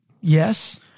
Yes